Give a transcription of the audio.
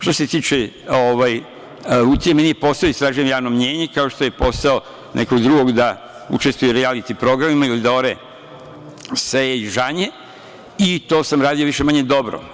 Što se tiče „Lutrije“, meni je posao da istražujem javno mnjenje, kao što je posao nekog drugog da učestvuje u rijaliti programima ili da ore, seje i žanje, i to sam radio više-manje dobro.